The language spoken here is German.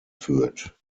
führt